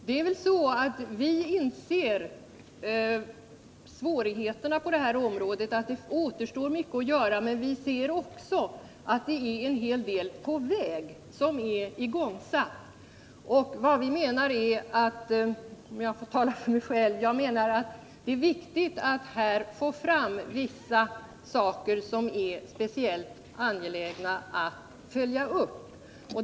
Herr talman! Jag inser svårigheterna på det här området. Det återstår mycket att göra, men jag ser också att det är en hel del som är igångsatt. Vad som är viktigt är att understryka vissa saker som är speciellt angelägna att följa upp.